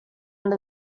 end